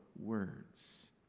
words